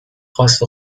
خواست